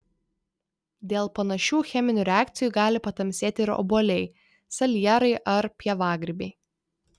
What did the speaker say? dėl panašių cheminių reakcijų gali patamsėti ir obuoliai salierai ar pievagrybiai